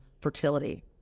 fertility